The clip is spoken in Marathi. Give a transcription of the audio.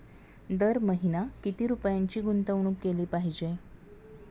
दर महिना किती रुपयांची गुंतवणूक केली पाहिजे?